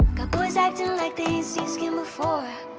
got boys acting like they ain't seen skin before,